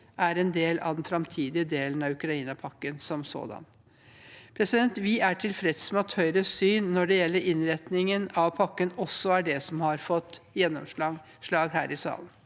er del av den framtidige delen av Ukrainapakken som sådan. Vi er tilfreds med at Høyres syn når det gjelder innretningen av pakken, også er det som har fått gjennomslag her i salen.